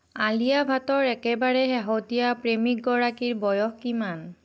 আলিয়া ভাটৰ একেবাৰে শেহতীয়া প্ৰেমিকগৰাকীৰ বয়স কিমান